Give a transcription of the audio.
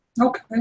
okay